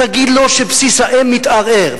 תגיד לו שבסיס האם מתערער.